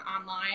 online